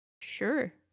Sure